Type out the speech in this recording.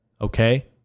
Okay